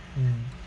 mm